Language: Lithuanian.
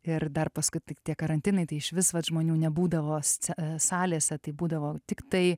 ir dar paskui tik tie karantinai tai išvis vat žmonių nebūdavo sce salėse tai būdavo tiktai